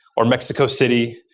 or mexico city,